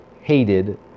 hated